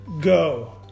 go